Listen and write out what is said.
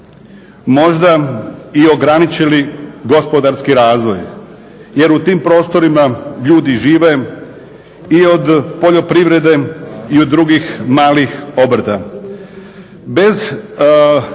možda i ograničili gospodarski razvoj jer u tim prostorima ljudi žive i od poljoprivrede i od drugih malih obrta.